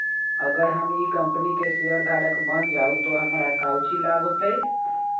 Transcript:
अगर हम ई कंपनी के शेयरधारक बन जाऊ तो हमरा काउची लाभ हो तय?